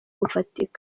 bufatika